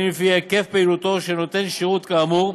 לפי היקף פעילותו של נותן שירות כאמור: